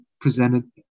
presented